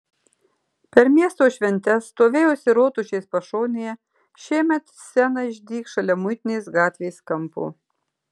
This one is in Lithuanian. per miesto šventes stovėjusi rotušės pašonėje šiemet scena išdygs šalia muitinės gatvės kampo